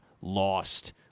lost